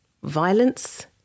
Violence